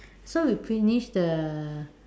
so we finish the